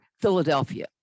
Philadelphia